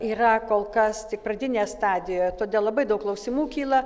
yra kol kas tik pradinėje stadijoje todėl labai daug klausimų kyla